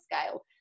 scale